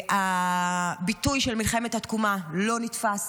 הביטוי "מלחמת התקומה" לא נתפס,